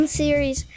series